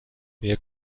wir